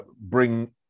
bring